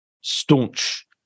staunch